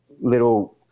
little